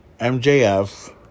MJF